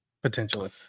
Potentially